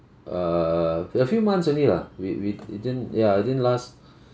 err a few months only lah we we it didn't ya it didn't last